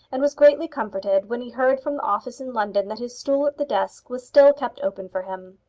and was greatly comforted when he heard from the office in london that his stool at the desk was still kept open for him.